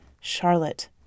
Charlotte